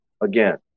again